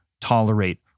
tolerate